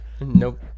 Nope